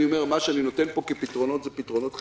מה שאני מציע כאן כפתרונות זה פתרונות חלקיים.